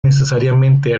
necesariamente